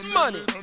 money